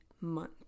month